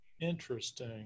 Interesting